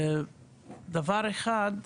דבר אחד,